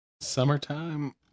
Summertime